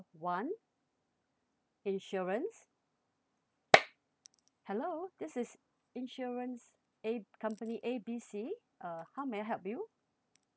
one insurance hello this is insurance A company A B C uh how may I help you